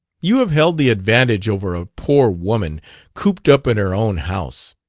you have held the advantage over a poor woman cooped up in her own house.